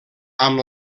amb